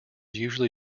usually